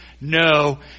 No